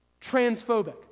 Transphobic